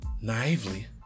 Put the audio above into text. naively